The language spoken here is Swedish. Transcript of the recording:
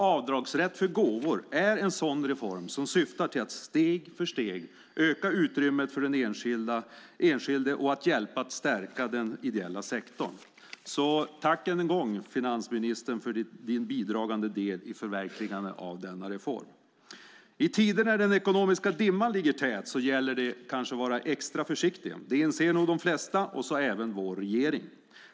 Avdragsrätt för gåvor är en sådan reform som syftar till att steg för steg öka utrymmet för den enskilde och att hjälpa och stärka den ideella sektorn. Så tack än en gång, finansministern, för din bidragande del i förverkligandet av denna reform! I tider när den ekonomiska dimman ligger tät gäller det kanske att vara extra försiktig. Det inser nog de flesta, och så även vår regering.